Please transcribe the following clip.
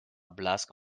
blask